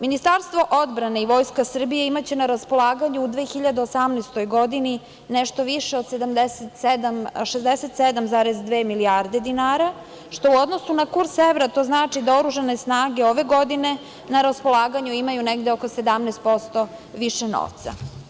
Ministarstvo odbrane i Vojska Srbije imaće na raspolaganju u 2018. godini nešto više od 67,2 milijarde dinara, što je u odnosu na kurs evra, to znači da oružane snage ove godine na raspolaganju imaju negde oko 17% više novca.